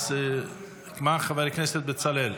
חבר הכנסת בצלאל?